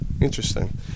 Interesting